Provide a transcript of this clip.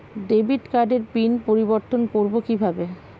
Debit কার্ডের PIN পরিবর্তন করবো কীভাবে?